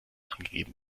angegeben